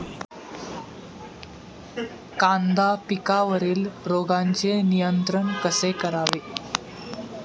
कांदा पिकावरील रोगांचे नियंत्रण कसे करावे?